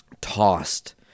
tossed